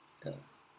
yeah